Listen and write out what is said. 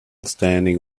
standing